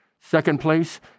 second-place